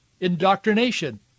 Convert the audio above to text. indoctrination